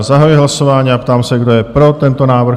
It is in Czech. Zahajuji hlasování a ptám se, kdo je pro tento návrh?